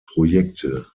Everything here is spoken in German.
projekte